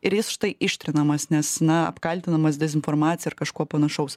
ir jis štai ištrinamas nes na apkaltinamas dezinformacija ir kažkuo panašaus